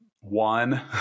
one